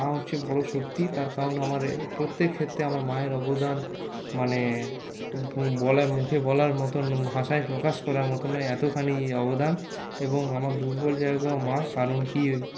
মা হচ্ছে বড়ো শক্তি তার কারণ আমার প্রত্যেক ক্ষেত্রে আমার মায়ের অবদান মানে মুখে বলার মতন ভাষায় প্রকাশ করার মতো নয় এতখানি অবদান এবং আমার দুর্বল জায়গাও মা কারণ কি